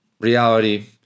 reality